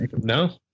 No